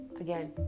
again